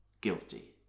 guilty